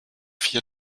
vier